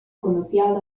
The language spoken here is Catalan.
conopial